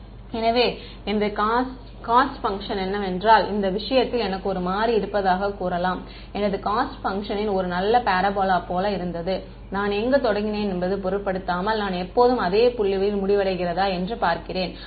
பல எனவே எனது காஸ்ட் பஃங்க்ஷன் என்னவென்றால் இந்த விஷயத்தில் எனக்கு ஒரு மாறி இருப்பதாகக் கூறலாம் எனது காஸ்ட் பஃங்க்ஷன் ஒரு நல்ல பாராபோலா போல இருந்தது நான் எங்கு தொடங்கினேன் என்பதைப் பொருட்படுத்தாமல் நான் எப்போதும் அதே புள்ளியில் முடிவடைகிறதா என்று பார்க்கிறேன்